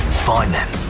find them,